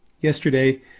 Yesterday